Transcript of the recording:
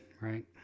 right